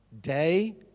day